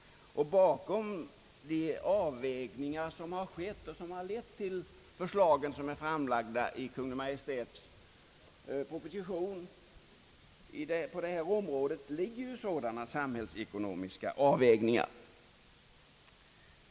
Bakom de bedömanden som gjorts och som lett till det i Kungl. Maj:ts propo sition framlagda förslaget ligger just samhällsekonomiska avvägningar.